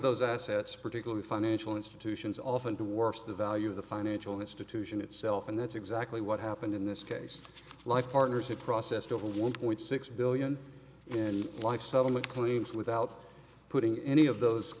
those assets particularly financial institutions often towards the value of the financial institution itself and that's exactly what happened in this case life partners had processed over one point six billion in life settlement claims without putting any of those